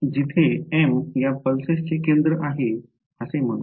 जिथे m या पल्सेसचे केंद्र आहे असे म्हणू